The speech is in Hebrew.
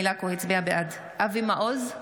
נוכח אבי מעוז,